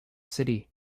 city